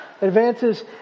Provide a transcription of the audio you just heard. advances